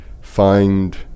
find